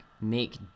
make